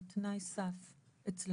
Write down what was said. זה תנאי סף אצלנו.